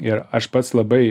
ir aš pats labai